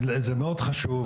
זה מאוד חשוב,